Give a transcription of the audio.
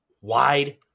wide